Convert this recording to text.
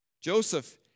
Joseph